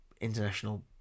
international